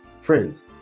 Friends